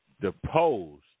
deposed